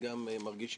איתן, אזכיר לך: